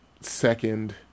second